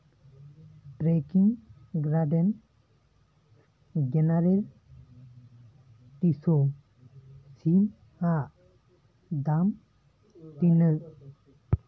breaking garden ᱡᱮᱱᱟᱨᱮᱞ ᱛᱤᱥ ᱦᱚᱸ ᱥᱤᱢ ᱟᱜ ᱫᱟᱢ ᱛᱤᱱᱟᱹᱜ